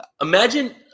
Imagine